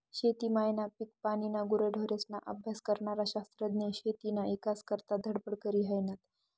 शेती मायना, पिकपानीना, गुरेढोरेस्ना अभ्यास करनारा शास्त्रज्ञ शेतीना ईकास करता धडपड करी हायनात